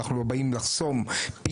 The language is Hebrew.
אנחנו לא באים לחסום פיות.